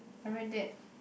I read that